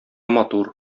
матур